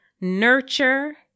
nurture